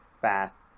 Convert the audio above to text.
fast